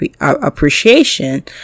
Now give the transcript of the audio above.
appreciation